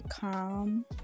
calm